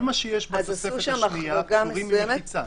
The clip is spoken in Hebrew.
כל מה שיש בתוספת השנייה פטורים ממחיצה.